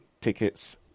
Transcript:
tickets